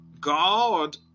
God